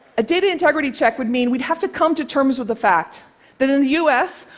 a data integrity check would mean we'd have to come to terms with the fact that in the us,